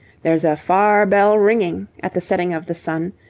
there's a far bell ringing, at the setting of the sun,